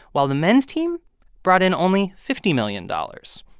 while the men's team brought in only fifty million dollars.